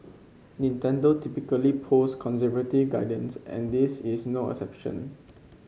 Nintendo typically post conservative guidance and this is no exception